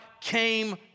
came